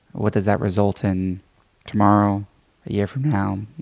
what does that result in tomorrow, a year from now,